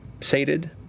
sated